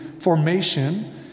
formation